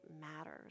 matters